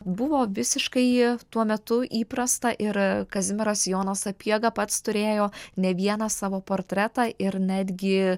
buvo visiškai tuo metu įprasta ir kazimieras jonas sapiega pats turėjo ne vieną savo portretą ir netgi